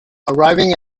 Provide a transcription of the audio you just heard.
arriving